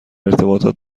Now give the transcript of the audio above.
ارتباطات